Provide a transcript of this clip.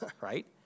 right